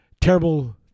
terrible